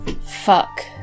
Fuck